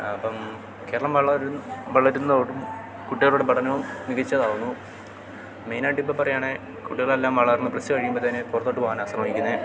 അപ്പം കേരളം വളര് വളരുന്നതോടും കുട്ടികളുടെ പഠനവും മികച്ചതാകുന്നു മെയിനായിട്ട് ഇപ്പം പറയുകയാണെ കുട്ടികളെല്ലാം വളർന്ന് പ്ലസ് റ്റു കഴിയുമ്പോഴത്തേന് പുറത്തോട്ട് പോകാനാണ് ശ്രമിക്കുന്നത്